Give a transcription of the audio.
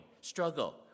struggle